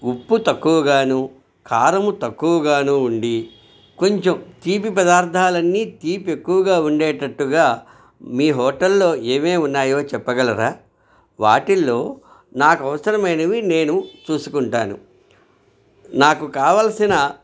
ఉప్పు తక్కువగాను కారము తక్కువగాను ఉండి కొంచెం తీపి పదార్థాలన్నీ తీపెక్కువగా ఉండేటట్టుగా మీ హోటల్లో ఏమేం ఉన్నాయో చెప్పగలరా వాటిల్లో నాకు అవసరమైనవి నేను చూసుకుంటాను నాకు కావాల్సిన